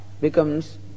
becomes